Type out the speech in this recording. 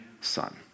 son